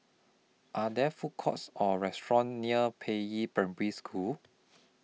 Are There Food Courts Or restaurants near Peiyi Primary School